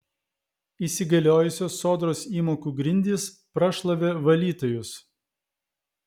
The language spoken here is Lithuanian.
įsigaliojusios sodros įmokų grindys prašlavė valytojus